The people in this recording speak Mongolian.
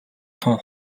тун